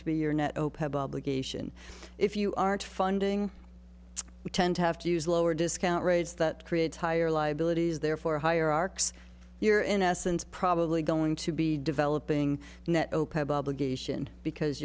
to be your net zero publication if you aren't funding we tend to have to use lower discount rates that creates higher liabilities therefore hierarchs you're in essence probably going to be developing net zero publication because